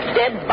dead